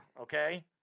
okay